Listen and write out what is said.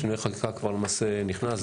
בשינוי החקיקה כבר למעשה נכנס.